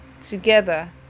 together